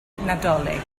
nadolig